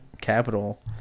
capital